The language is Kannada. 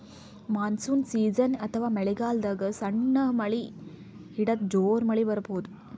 ಮಾನ್ಸೂನ್ ಸೀಸನ್ ಅಥವಾ ಮಳಿಗಾಲದಾಗ್ ಸಣ್ಣ್ ಮಳಿ ಹಿಡದು ಜೋರ್ ಮಳಿ ಬರಬಹುದ್